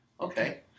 okay